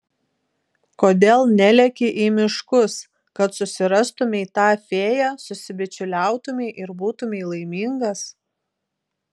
kodėl neleki į miškus kad susirastumei tą fėją susibičiuliautumei ir būtumei laimingas